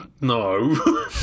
No